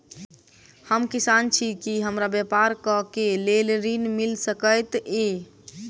हम किसान छी की हमरा ब्यपार करऽ केँ लेल ऋण मिल सकैत ये?